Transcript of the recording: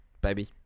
baby